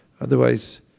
Otherwise